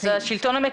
שלום.